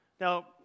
Now